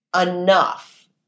enough